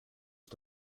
ist